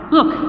Look